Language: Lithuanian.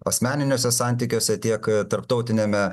asmeniniuose santykiuose tiek tarptautiniame